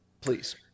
please